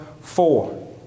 four